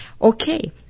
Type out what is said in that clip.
Okay